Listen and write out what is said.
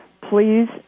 please